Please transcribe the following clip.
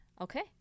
okay